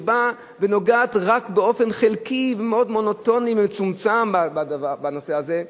שבאה ונוגעת רק באופן חלקי ומאוד מונוטוני ומצומצם בנושא הזה,